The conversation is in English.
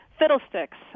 Fiddlesticks